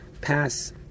pass